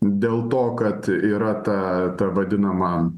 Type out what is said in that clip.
dėl to kad yra ta ta vadinama